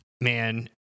Man